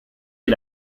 est